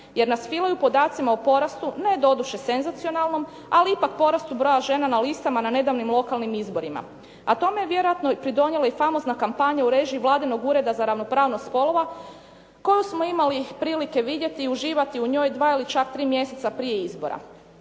jer nas filaju podacima o porastu, ne doduše senzacionalnom ali ipak porastu broja žena na listama na nedavnim lokalnim izborima. A tome je vjerojatno pridonijela famozna kampanja u režiji vladinog Ureda za ravnopravnost spolova koji smo imali prilike vidjeti i uživati u njoj dva ili čak tri mjeseca prije izbora.